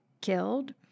killed